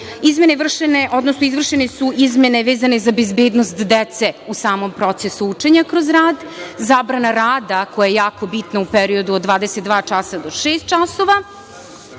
sam rad, izvršene su izmene vezane za bezbednost dece u samom procesu učenja kroz rad, zabrana rada, koja je jako bitna, u periodu od 22 časa do 06 časova